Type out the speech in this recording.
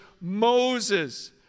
Moses